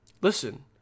listen